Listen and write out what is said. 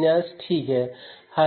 नहीं है